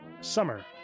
Summer